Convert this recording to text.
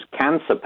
cancer